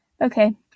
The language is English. Okay